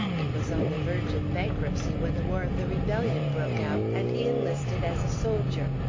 and was on the verge of bankruptcy when the war of the rebellion broke out and he enlisted as a soldier.